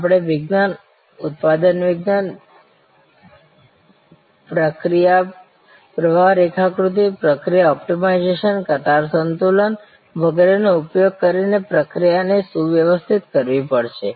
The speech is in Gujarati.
આપણે વિજ્ઞાન ઉત્પાદનવિજ્ઞાન પરકીય પ્રવાહ રેખાકૃતિ પ્રક્રિયા ઑપ્ટિમાઇઝેશન કતાર સંતુલન વગેરેનો ઉપયોગ કરીને પ્રક્રિયાને સુવ્યવસ્થિત કરવી પડશે